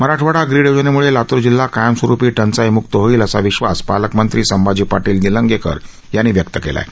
Marathwada grid योजनेमुळे लातूर जिल्हा कायमस्वरुपी टंचाईमुक्त होईल असा विश्वास पालकमंत्री संभाजी पाटील निलंगेकर यांनी व्यक्त केला आहे